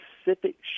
specific